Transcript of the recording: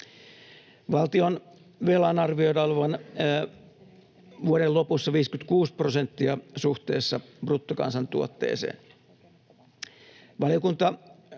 Valtionvelan arvioidaan olevan vuoden lopussa 56 prosenttia suhteessa bruttokansantuotteeseen.